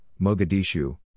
Mogadishu